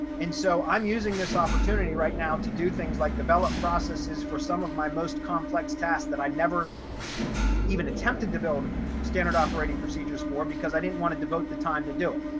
and so i'm using this opportunity right now to do things like develop processes for some of my most complex tasks that i never even attempted to build standard operating procedures for, because i didn't want to devote the time to do it.